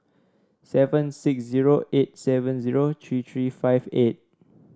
seven six zero eight seven zero three three five eight